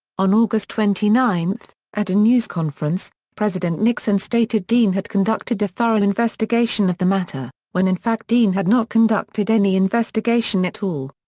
on august twenty nine, at a news conference, president nixon stated dean had conducted a thorough investigation of the matter, when in fact dean had not conducted any investigation at all.